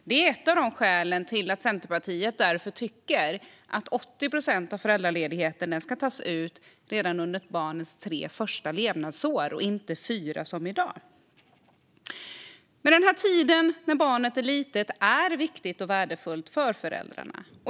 Det är ett av skälen till att Centerpartiet tycker att 80 procent av föräldraledigheten ska tas ut redan under barnets tre första levnadsår, inte fyra som det är i dag. Tiden när barnet är litet är viktig och värdefull för föräldrarna.